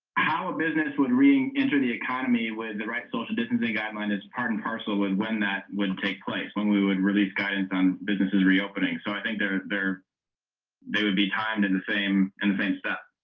how a business would read into the economy with the right social distancing guideline it's part and parcel and when that wouldn't take place when we would release guidance on businesses reopening so i think there's there they would be timed in the same and same stuff